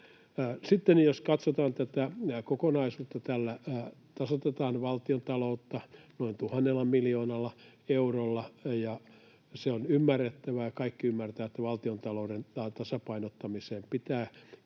jos katsotaan tätä kokonaisuutta, tällä tasoitetaan valtiontaloutta noin 1 000 miljoonalla eurolla, ja se on ymmärrettävää. Kaikki ymmärtävät, että valtiontalouden tasapainottamiseen pitää käyttää